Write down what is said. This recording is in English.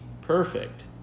perfect